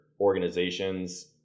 organizations